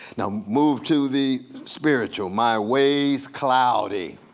now move to the spiritual. my way is cloudy.